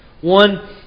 One